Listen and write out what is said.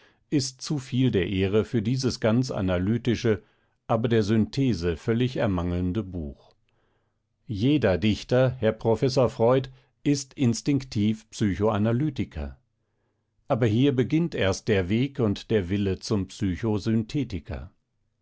ist zuviel der ehre für dieses ganz analytische aber der synthese völlig ermangelnde buch jeder dichter herr professor freud ist instinktiv psychoanalytiker aber hier beginnt erst der weg und der wille zum